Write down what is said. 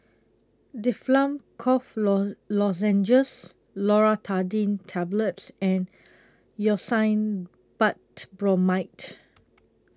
Difflam Cough Low Lozenges Loratadine Tablets and Hyoscine Butylbromide